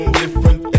different